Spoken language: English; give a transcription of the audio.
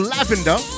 Lavender